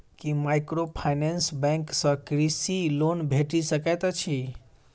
की microfinance bank सँ कृषि loan भेटि सकैत अछि?